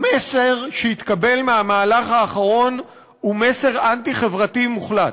המסר שהתקבל מהמהלך האחרון הוא מסר אנטי-חברתי מוחלט,